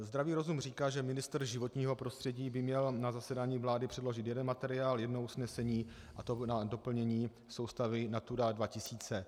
Zdravý rozum říká, že ministr životního prostředí by měl na zasedání vlády předložit jeden materiál, jedno usnesení, a to na doplnění soustavy Natura 2000.